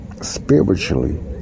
spiritually